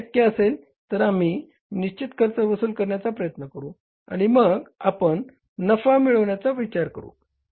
जर हे शक्य असेल तर आम्ही निश्चित खर्च वसूल करण्याचा प्रयत्न करू आणि मग आपण नफा मिळवण्याचा विचार करू